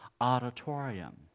auditorium